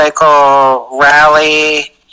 rally